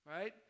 right